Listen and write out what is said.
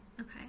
Okay